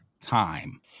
time